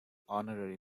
honorary